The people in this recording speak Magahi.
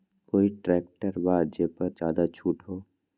कोइ ट्रैक्टर बा जे पर ज्यादा छूट हो?